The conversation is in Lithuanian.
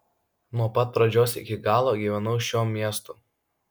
nuo pat pradžios iki galo gyvenau šiuo miestu